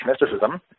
mysticism